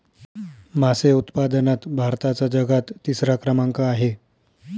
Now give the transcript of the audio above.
मासे उत्पादनात भारताचा जगात तिसरा क्रमांक आहे